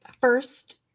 first